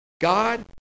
God